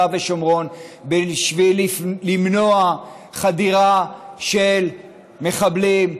ושומרון בשביל למנוע חדירה של מחבלים,